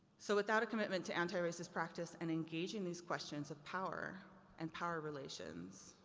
so, without a commitment to anti-racist practice and engaging these questions of power and power relations,